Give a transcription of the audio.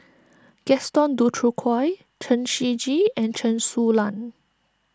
Gaston Dutronquoy Chen Shiji and Chen Su Lan